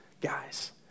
guys